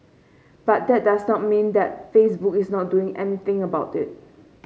but that does not mean that Facebook is not doing anything about it